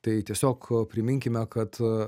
tai tiesiog priminkime kad